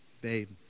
Babe